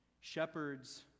shepherds